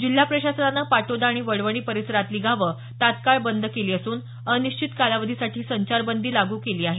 जिल्हा प्रशासनानं पाटोदा आणि वडवणी परिसरातली गावं तात्काळ बंद केले असून अनिश्चित कालावधीसाठी संचारबंदी लागू केली आहे